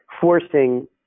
forcing